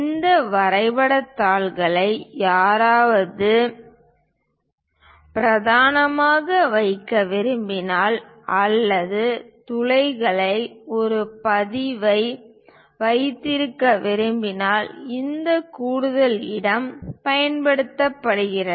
இந்த வரைபடத் தாள்களை யாராவது பிரதானமாக வைக்க விரும்பினால் அல்லது துளைகளை ஒரு பதிவை வைத்திருக்க விரும்பினால் இந்த கூடுதல் இடம் பயன்படுத்தப்படும்